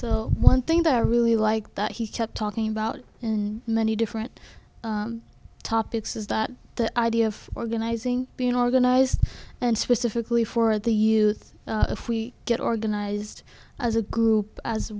creating one thing that i really like that he kept talking about in many different topics is that the idea of organizing being organized and specifically for the youth if we get organized as a group as